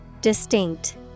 Distinct